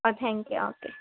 অঁ thank you okay